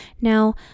Now